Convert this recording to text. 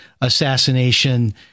assassination